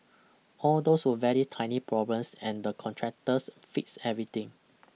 all those were very tiny problems and the contractors fixed everything